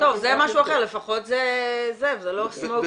טוב זה משהו אחר, זה לפחות לא סמוק-פרי.